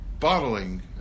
bottling